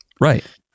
Right